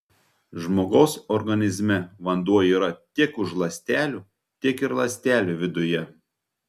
žmogaus organizme vanduo yra tiek už ląstelių tiek ir ląstelių viduje